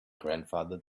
grandfather